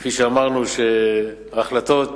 כפי שאמרנו, ההחלטות,